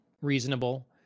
reasonable